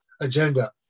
agenda